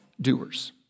doers